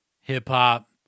hip-hop